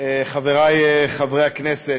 חברי חברי הכנסת,